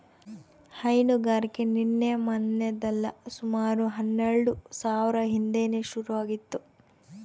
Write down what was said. ಹೈನುಗಾರಿಕೆ ನಿನ್ನೆ ಮನ್ನೆದಲ್ಲ ಸುಮಾರು ಹನ್ನೆಲ್ಡು ಸಾವ್ರ ಹಿಂದೇನೆ ಶುರು ಆಗಿತ್ತು